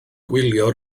gwylio